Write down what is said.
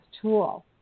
tool